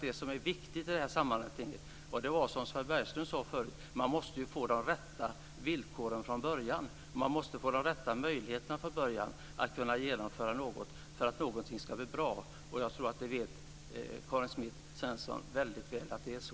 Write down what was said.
Det viktiga i sammanhanget är, som Sven Bergström tidigare sade, att det gäller att från början få de rätta villkoren. Man måste redan från början få de rätta möjligheterna att genomföra en sak för att det hela ska bli bra. Jag tror att Karin Svensson Smith väldigt väl vet att det är så.